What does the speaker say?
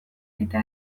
eta